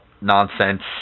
nonsense